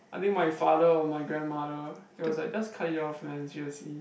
I think my father or my grandmother they was like just cut it off man seriously